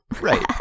Right